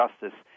justice